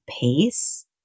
pace